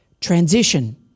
Transition